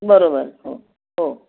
बरोबर हो हो